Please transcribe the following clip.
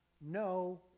No